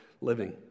living